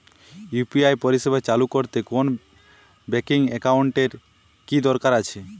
UPI পরিষেবা চালু করতে কোন ব্যকিং একাউন্ট এর কি দরকার আছে?